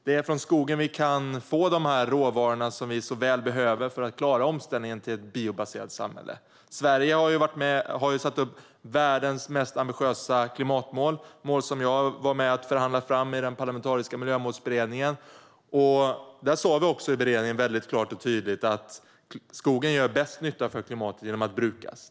Det är från skogen som vi får de råvaror som vi så väl behöver för att klara omställningen till ett biobaserat samhälle. Sverige har satt upp världens mest ambitiösa klimatmål, mål som jag var med och förhandlade fram i den parlamentariska miljömålsberedningen. Vi i beredningen sa också väldigt klart och tydligt att skogen gör bäst nytta för klimatet genom att man brukar den.